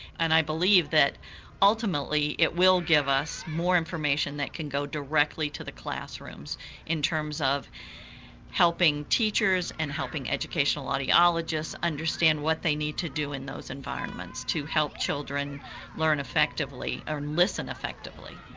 and i believe that ultimately it will give us more information that can go directly to the classrooms in terms of helping teachers and helping educational audiologists understand what they need to do in those environments to help children learn effectively and listen effectively.